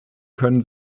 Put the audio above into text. können